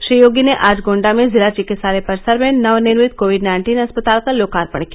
श्री योगी ने आज गोण्डा में जिला चिकित्सालय परिसर में नवनिर्मित कोविड नाइन्टीन अस्पताल का लोकार्पण किया